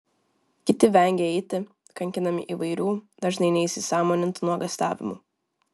kiti vengia eiti kankinami įvairių dažnai neįsisąmonintų nuogąstavimų